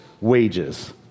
wages